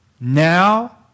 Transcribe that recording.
Now